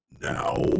Now